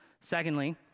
Secondly